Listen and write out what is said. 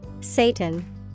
Satan